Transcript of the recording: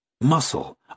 muscle